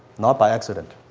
not by accident.